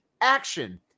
action